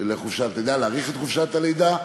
לחופשת לידה, להאריך את חופשת הלידה.